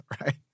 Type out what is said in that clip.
right